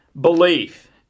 belief